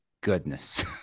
goodness